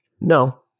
No